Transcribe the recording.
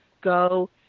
go